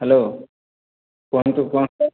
hello କୁହନ୍ତୁ କୁହନ୍ତୁ